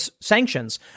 sanctions